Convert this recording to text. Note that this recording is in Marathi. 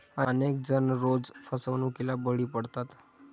अनेक जण रोज फसवणुकीला बळी पडतात